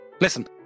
Listen